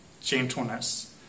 gentleness